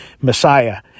Messiah